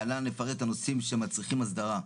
להלן אפרט הנושאים שמצריכים הסדרה.